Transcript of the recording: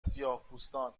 سیاهپوستان